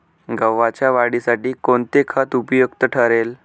गव्हाच्या वाढीसाठी कोणते खत उपयुक्त ठरेल?